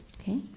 Okay